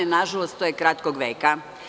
Nažalost, to je kratkog veka.